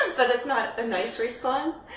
but it's not a nice response.